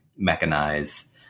mechanize